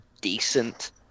decent